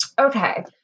Okay